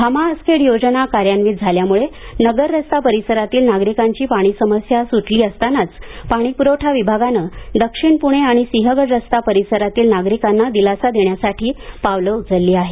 भामा आसखेड योजना कार्यान्वित झाल्यामुळे नगर रस्ता परिसरातील नागरिकांची पाणीसमस्या सुटली असतानाच पाणीपुरवठा विभागाने दक्षिण प्णे आणि सिंहगड रस्ता परिसरातील नागरिकांना दिलासा देण्यासाठी पावलं उचलली आहेत